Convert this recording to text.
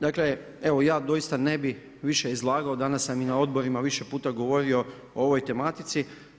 Dakle, evo ja doista ne bih više izlagao, danas sam i na odborima više puta govorio o ovoj tematici.